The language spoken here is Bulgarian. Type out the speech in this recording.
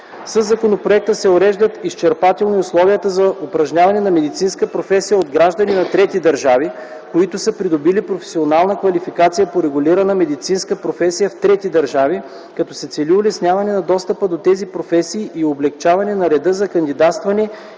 Със законопроекта се уреждат изчерпателно и условията за упражняване на медицинска професия от граждани на трети държави, които са придобили професионална квалификация по регулирана медицинска професия в трети държави, като се цели улесняване на достъпа до тези професии и облекчаване на реда за кандидатстване